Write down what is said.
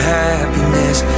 happiness